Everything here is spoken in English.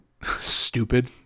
stupid